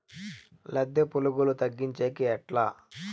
లద్దె పులుగులు తగ్గించేకి ఎట్లా?